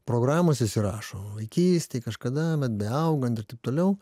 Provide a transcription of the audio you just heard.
programos įsirašo vaikystėj kažkada vat beaugant ir taip toliau